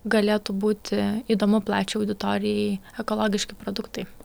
galėtų būti įdomu plačiai auditorijai ekologiški produktai